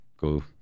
go